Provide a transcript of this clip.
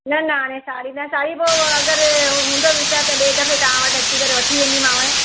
न न हाणे साड़ी न साड़ी पोइ अगरि हूंदो वीचारु त ॿिए दफ़े तव्हां वटि अची करे तव्हां वटि वठी वेंदीमांव